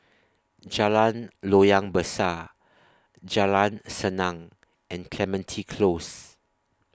Jalan Loyang Besar Jalan Senang and Clementi Close